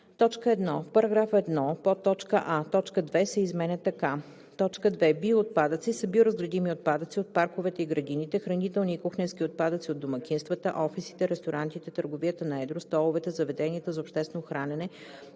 и допълнения: 1. В § 1: а) точка 2 се изменя така: „2. „Биоотпадъци“ са биоразградими отпадъци от парковете и градините, хранителни и кухненски отпадъци от домакинствата, офисите, ресторантите, търговията на едро, столовете, заведенията за обществено хранене